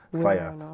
fire